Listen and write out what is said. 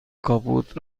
کاپوت